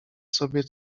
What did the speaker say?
sobie